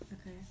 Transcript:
Okay